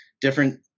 different